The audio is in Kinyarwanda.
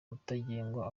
rutagengwa